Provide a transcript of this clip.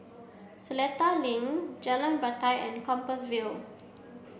Seletar Link Jalan Batai and Compassvale